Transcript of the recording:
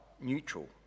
neutral